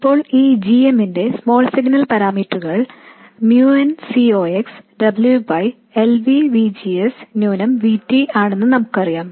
ഇപ്പോൾ ഈ g mന്റെ സ്മോൾ സിഗ്നൽ പാരാമീറ്ററുകൾ mu n C ox W L VGS minus V T ആണെന്ന് നമുക്കറിയാം